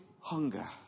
hunger